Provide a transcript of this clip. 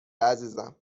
عزیزم